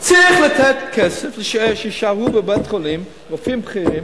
צריך לתת כסף שיישארו בבית-חולים רופאים בכירים,